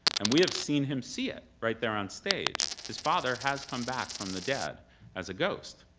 and we have seen him see it, right there on stage. his father has come back from the dead as a ghost.